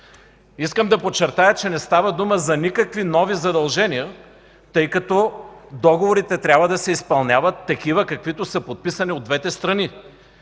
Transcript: Искам да подчертая, че не става дума за никакви нови задължения, тъй като договорите трябва да се изпълняват такива, каквито са подписани от двете страни.